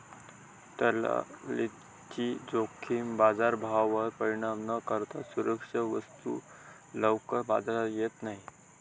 तरलतेची जोखीम बाजारभावावर परिणाम न करता सुरक्षा वस्तू लवकर बाजारात येत नाही